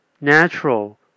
natural